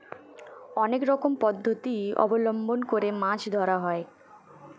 অনেক রকম পদ্ধতি অবলম্বন করে মাছ ধরা হয়